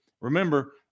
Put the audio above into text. remember